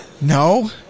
no